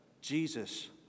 Jesus